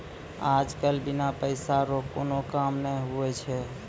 आज कल बिना पैसा रो कोनो काम नै हुवै छै